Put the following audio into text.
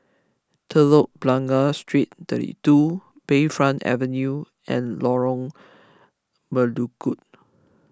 Telok Blangah Street thirty two Bayfront Avenue and Lorong Melukut